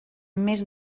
més